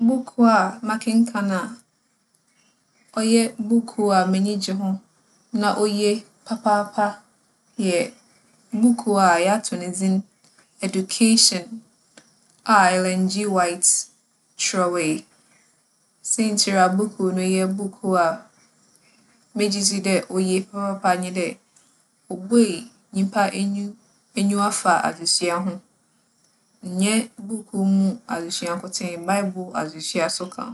Buukuu a makenkan a ͻyɛ buukuu a m'enyi gye ho na oye papaapa yɛ buukuu a yɛato no dzin 'eduͻation' a Ellen G. White kyerɛwee. Siantsir a buukuu no yɛ buukuu a megye dzi dɛ oye papaapa nye dɛ, obue nyimpa enyi - enyiwa fa adzesua ho. Nnyɛ buukuu mu adzesua nkotsee, baebor adzesua so ka ho.